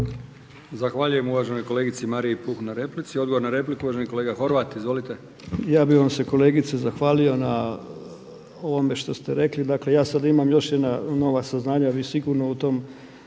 Zahvaljujem uvaženoj kolegici Mariji Puh na replici. Odgovor na repliku uvaženi kolega Horvat. Izvolite. **Horvat, Mile (SDSS)** Ja bih vam se kolegice zahvalio na ovome što ste rekli. Dakle ja sada imam još jedna nova saznanja, vi sigurno u tom